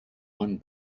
one